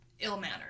ill-mannered